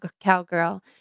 cowgirl